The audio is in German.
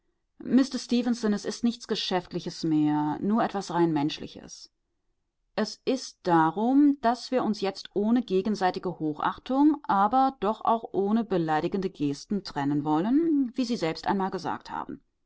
es ist nichts geschäftliches mehr nur etwas rein menschliches es ist darum daß wir uns jetzt ohne gegenseitige hochachtung aber doch auch ohne beleidigende gesten trennen wollen wie sie selbst einmal gesagt haben